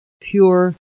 pure